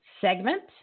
segment